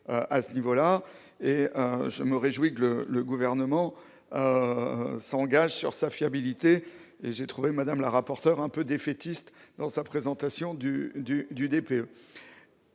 je me réjouis que le Gouvernement s'engage sur la fiabilité de ce dernier, et j'ai trouvé Mme la rapporteur quelque peu défaitiste dans sa présentation du DPE.